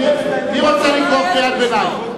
מי רוצה לקרוא קריאת ביניים?